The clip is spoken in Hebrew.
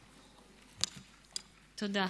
תודה.